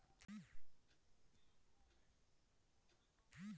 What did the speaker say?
बीमा धनराशि का भुगतान कैसे कैसे किया जा सकता है?